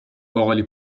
باقالی